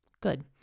Good